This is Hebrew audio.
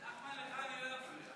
נחמן, לך אני לא אפריע,